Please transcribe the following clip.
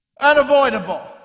Unavoidable